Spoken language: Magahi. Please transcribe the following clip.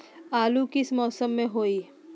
आलू किस मौसम में होई?